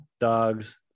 dogs